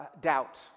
doubt